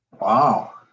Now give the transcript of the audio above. Wow